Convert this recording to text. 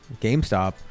gamestop